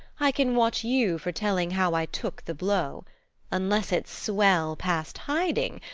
i can watch you for telling how i took the blow unless it swell past hiding,